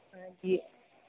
हाँ जी